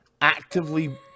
Actively